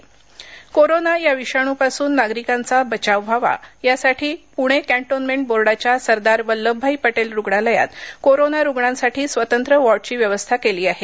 corona cantonment corona या विषाणू पासून नागरिकांचा बचाव व्हावा यासाठी पुणे कॅन्टोन्मेंट बोर्डाच्या सरदार वल्लभभाई पटेल रूग्णालयात कोरोना रुग्णांसाठी स्वतंत्र वॉर्ड ची व्यवस्था केली आहे